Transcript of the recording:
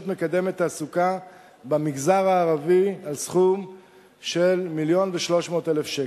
מקדמת תעסוקה" במגזר הערבי 1.3 מיליון שקל,